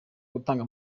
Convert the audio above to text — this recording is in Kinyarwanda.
gutanga